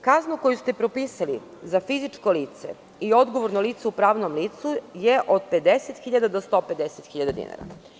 Kaznu koju ste propisali za fizičko lice i odgovorno lice u pravnom licu je od 50.000 do 150.000 dinara.